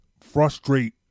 frustrate